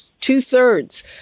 two-thirds